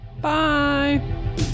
bye